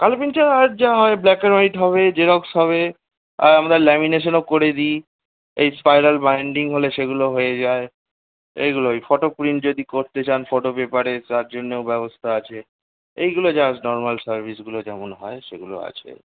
colour print ছাড়া আর যা হয় ব্ল্যাক অ্যান্ড হোয়াইট হবে জেরক্স হবে আমরা ল্যামিনেশানও করে দিই এই স্পাইরাল বাইন্ডিং হলে সেগুলো হয়ে যায় এইগুলোই ফটো প্রিন্ট যদি করতে চান ফটো পেপারে তার জন্যেও ব্যবস্থা আছে এইগুলো জাস্ট নর্মাল সার্ভিসগুলো যেমন হয় সেগুলো আছে